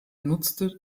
nutzte